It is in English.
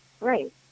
Right